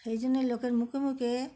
এই জন্যে লোকের মুখে মুখে